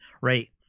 right